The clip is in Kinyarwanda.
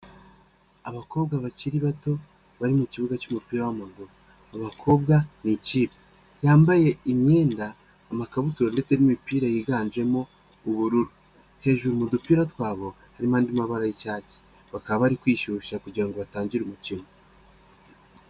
Abakobwa bakiri bato bari mu kibuga cy'umupira w'amaguru, abakobwa ni ikipe yambaye imyenda amakabutura ndetse n'imipira yiganjemo ubururu, hejuru mu dupira twabo harimo andi mabara y'icyayi bakaba bari kwishyushya kugira ngo batangire umukino.